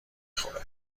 خوره